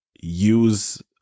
use